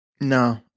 No